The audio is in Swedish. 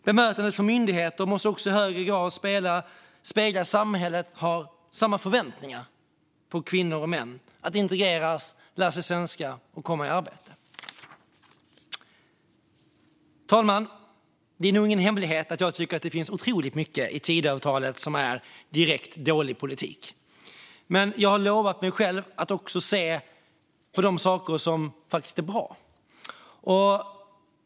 Bemötandet från myndigheter måste också i högre grad spegla att samhället har samma förväntningar på kvinnor och män att integreras, lära sig svenska och komma i arbete. Herr talman! Det är nog ingen hemlighet att jag tycker att det finns otroligt mycket i Tidöavtalet som är direkt dålig politik. Men jag har lovat mig själv att också se på de saker som faktiskt är bra.